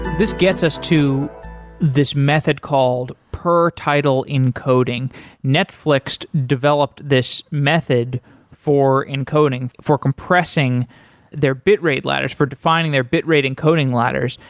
this gets us to this method called per title encoding netflix developed this method for encoding for compressing their bitrate ladders, for defining their bitrate encoding ladders,